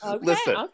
listen